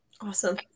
awesome